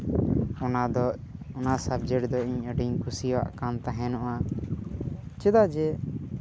ᱚᱱᱟ ᱫᱚ ᱚᱱᱟ ᱥᱟᱵᱽᱡᱮᱠᱴ ᱫᱚ ᱤᱧ ᱟᱹᱰᱤᱧ ᱠᱩᱥᱤᱭᱟᱜ ᱠᱟᱱ ᱛᱟᱦᱮᱱᱚᱜᱼᱟ ᱪᱮᱫᱟᱜ ᱡᱮ